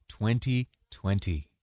2020